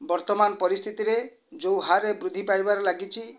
ବର୍ତ୍ତମାନ ପରିସ୍ଥିତିରେ ଯେଉଁ ହାରରେ ବୃଦ୍ଧି ପାଇବାରେ ଲାଗିଛି